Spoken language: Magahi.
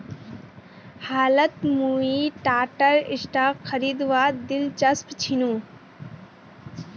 हालत मुई टाटार स्टॉक खरीदवात दिलचस्प छिनु